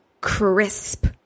crisp